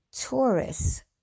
Taurus